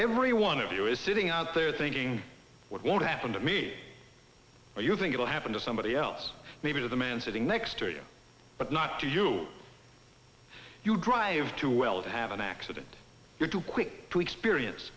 every one of you is sitting out there thinking what won't happen to me or you think it will happen to somebody else maybe the man sitting next to you but not to you you drive too well to have an accident you're too quick to experience